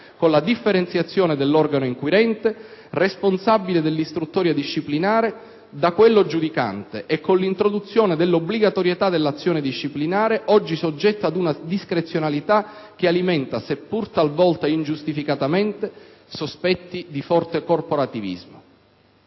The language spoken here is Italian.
con la differenziazione dell'organo inquirente, responsabile dell'istruttoria disciplinare, da quello giudicante e con l'introduzione dell'obbligatorietà dell'azione disciplinare, oggi soggetta ad una discrezionalità che alimenta, seppur talvolta ingiustificatamente, sospetti di forte corporativismo.